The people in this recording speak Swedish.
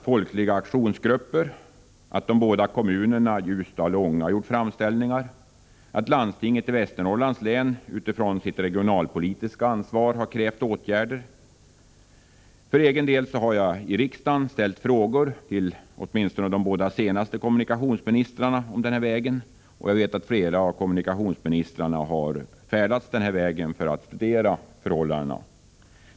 Folkliga aktionsgrupper har bildats. De båda kommunerna Ljusdal och Ånge har gjort framställningar. Landstinget i Västernorrlands län har utifrån sitt regionalpolitiska ansvar krävt åtgärder. Jag själv har i riksdagen ställt frågor till de båda senaste kommunikationsministrarna om denna väg, och flera kommunikationsministrar har färdats på denna väg för att studera förhållandena.